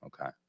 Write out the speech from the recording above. Okay